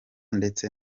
ndetse